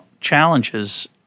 challenges